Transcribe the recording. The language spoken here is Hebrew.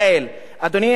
אדוני היושב-ראש,